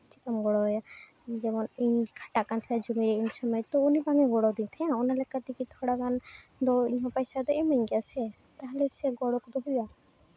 ᱪᱤᱠᱟᱢ ᱜᱚᱲᱚ ᱟᱭᱟ ᱡᱮᱢᱚᱱ ᱤᱧ ᱠᱷᱟᱴᱟᱜ ᱠᱟᱱ ᱠᱷᱟᱡ ᱡᱚᱢᱤ ᱩᱱ ᱥᱚᱢᱚᱭ ᱛᱚ ᱩᱱᱤ ᱵᱟᱝ ᱮ ᱜᱚᱲᱚ ᱟᱹᱫᱤᱧ ᱛᱟᱦᱮᱸᱜ ᱚᱱᱟ ᱞᱮᱠᱟ ᱛᱮᱜᱮ ᱛᱷᱚᱲᱟ ᱜᱟᱱ ᱫᱚ ᱤᱧᱦᱚᱸ ᱯᱚᱭᱥᱟ ᱫᱚ ᱤᱢᱟᱹᱧ ᱜᱮᱭᱟ ᱥᱮ ᱛᱟᱦᱚᱞᱮ ᱥᱮ ᱜᱚᱲᱚ ᱠᱚᱫᱚ ᱦᱩᱭᱩᱜᱼᱟ